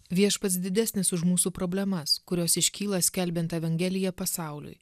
viešpats didesnis už mūsų problemas kurios iškyla skelbiant evangeliją pasauliui